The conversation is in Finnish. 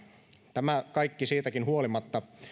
tämä kaikki siitäkin huolimatta